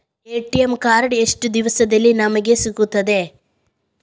ATM card ಎಷ್ಟು ದಿವಸದಲ್ಲಿ ನಮಗೆ ಸಿಗುತ್ತದೆ?